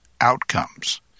outcomes